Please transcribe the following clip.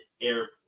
Airport